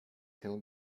hill